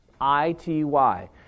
I-T-Y